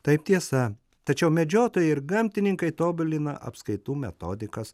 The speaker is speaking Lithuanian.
taip tiesa tačiau medžiotojai ir gamtininkai tobulina apskaitų metodikas